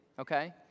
okay